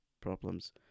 problems